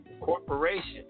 corporation